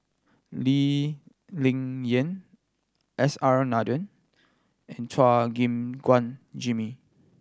Lee Ling Yen S R Nathan and Chua Gim Guan Jimmy